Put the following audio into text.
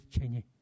changing